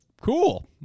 Cool